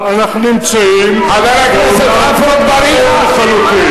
חבר הכנסת עפו אגבאריה,